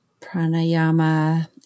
Pranayama